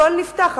הכול נפתח,